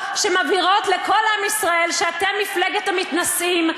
שמבהירות לכל עם ישראל שאתם מפלגת המתנשאים.